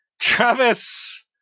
Travis